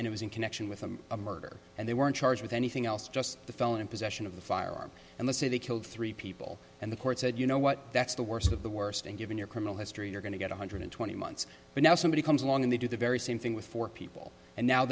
and it was in connection with them a murder and they weren't charged with anything else just the felon in possession of the firearm and they say they killed three people and the court said you know what that's the worst of the worst and given your criminal history you're going to get one hundred twenty months but now somebody comes along and they do the very same thing with four people and now